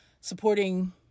supporting